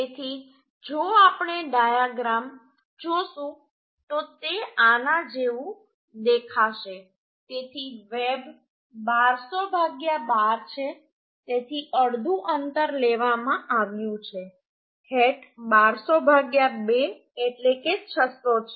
તેથી જો આપણે ડાયાગ્રામ જોશું તો તે આના જેવું દેખાશે તેથી વેબ 1200 12 છે તેથી અડધું અંતર લેવામાં આવ્યું છે હેટ 1200 2 એટલે કે 600 છે